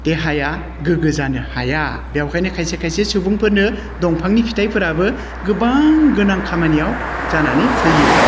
देहाया गोग्गो जानो हाया बेखायनो खायसे खायसे सुबुंफोरनो दंफांनि फिथाइफोराबो गोबां गोनां खामानियाव जानानै फैयो